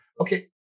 okay